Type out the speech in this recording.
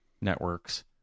networks